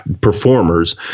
Performers